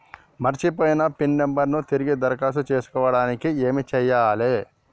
మర్చిపోయిన PIN number ను తిరిగి దరఖాస్తు చేసుకోవడానికి ఏమి చేయాలే?